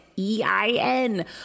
E-I-N